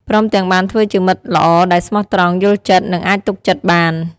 ព្រមទាំងបានធ្វើជាមិត្តល្អដែលស្មោះត្រង់ យល់ចិត្ត និងអាចទុកចិត្តបាន។